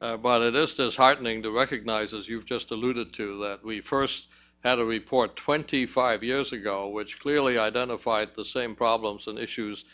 bought it is disheartening to recognise as you've just alluded to that we first had a report twenty five years ago which clearly identified the same problems and issues